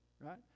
right